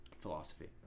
philosophy